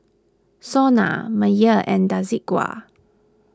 Sona Mayer and Desigual